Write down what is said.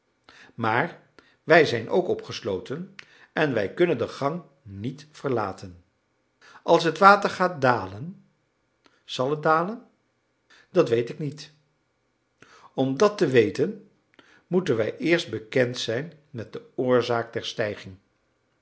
maar wij zijn ook opgesloten en wij kunnen de gang niet verlaten als het water gaat dalen zal het dalen dat weet ik niet om dat te weten moeten wij eerst bekend zijn met de oorzaak der stijging